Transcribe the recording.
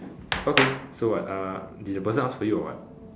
okay so what uh did the person ask for you or what